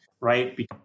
right